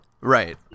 Right